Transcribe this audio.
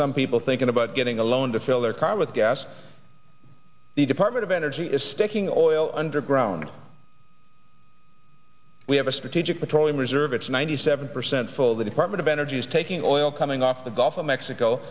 some people thinking about getting a loan to fill their car with gas the department of energy is sticking a loyal underground we have a strategic petroleum reserve it's ninety seven percent full the department of energy is taking all coming off the gulf of mexico